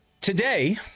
today